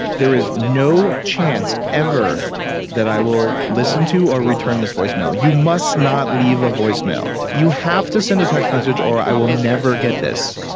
there is no chance ever that i will listen to or return this voicemail. you must not leave a voicemail. you have to send a text message or i will never get this.